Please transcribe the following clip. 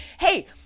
Hey